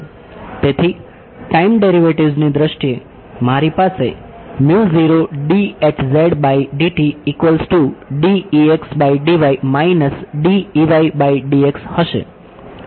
તેથી ટાઈમ ડેરિવેટિવ્ઝની દ્રષ્ટિએ મારી પાસે હશે